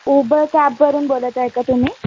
Uber कॅबवरून बोलत आहे का तुम्ही